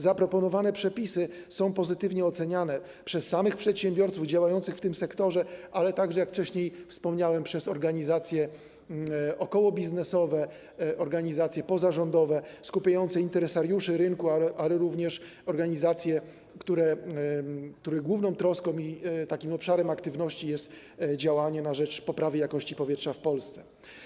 Zaproponowane przepisy są pozytywnie oceniane przez samych przedsiębiorców działających w tym sektorze, ale także, jak wcześniej wspomniałem, przez organizacje okołobiznesowe, organizacje pozarządowe, skupiające interesariuszy rynku, ale również organizacje, których główną troską i obszarem aktywności jest działanie na rzecz poprawy jakości powietrza w Polsce.